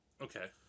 okay